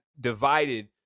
divided